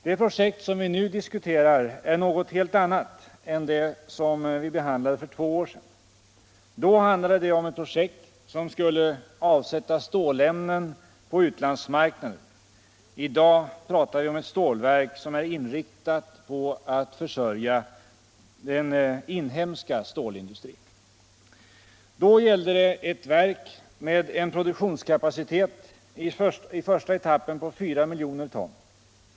Det projekt som vi nu diskuterar är något helt annat än det som vi behandlade för två år sedan. Då handlade det om ett projekt att avsätta stålämnen på utlandsmarknaden. I dag talar vi om ett stålverk som är inriktat på att försörja den inhemska stålindustrin. Då gällde det ett verk med en produktionskapacitet i första etappen på 4 milj. ton.